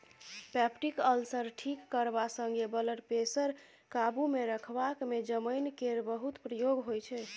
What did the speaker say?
peptic ulcer ठीक करबा संगे ब्लडप्रेशर काबुमे रखबाक मे जमैन केर बहुत प्रयोग होइ छै